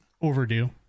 overdue